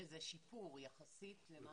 שזה שיפור יחסית למה שהיה לפני שנים.